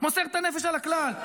מוסר את הנפש על הכלל?